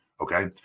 Okay